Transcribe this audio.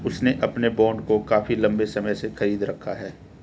उसने अपने बॉन्ड को काफी लंबे समय से खरीद रखा है